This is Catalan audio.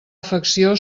afecció